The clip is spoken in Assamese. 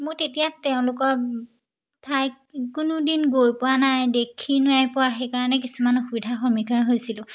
মই তেতিয়া তেওঁলোকৰ ঠাইত কোনোদিন গৈ পোৱা নাই দেখিও নাইপোৱা সেইকাৰণে কিছুমান অসুবিধাৰ সন্মুখীন হৈছিলোঁ